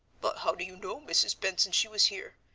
but how do you know, mrs. benson, she was here?